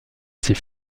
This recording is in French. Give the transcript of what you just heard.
ses